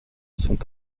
sont